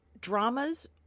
dramas